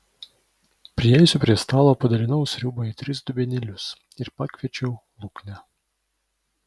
priėjusi prie stalo padalinau sriubą į tris dubenėlius ir pakviečiau luknę